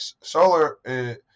solar